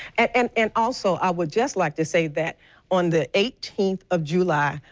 and and also i would just like to say that on the eighteenth of july,